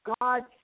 God